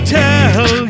tell